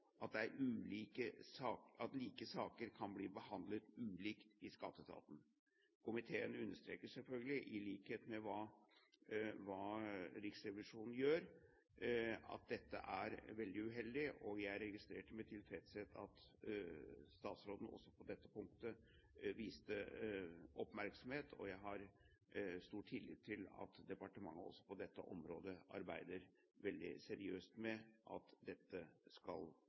at like saker kan bli behandlet ulikt i skatteetaten. Komiteen understreker, i likhet med Riksrevisjonen, at dette er veldig uheldig. Jeg registrerte med tilfredshet at statsråden også viet dette punktet oppmerksomhet, og jeg har stor tillit til at departementet også på dette området arbeider veldig seriøst for at dette skal